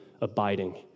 abiding